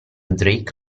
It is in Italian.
drake